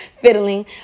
fiddling